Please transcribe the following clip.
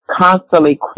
constantly